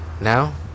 Now